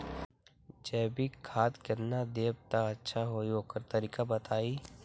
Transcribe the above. जैविक खाद केतना देब त अच्छा होइ ओकर तरीका बताई?